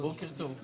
בוקר טוב.